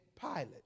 Pilate